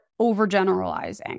overgeneralizing